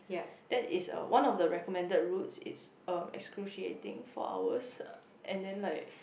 that is a one of the recommended routes is uh exruciating four hours and then like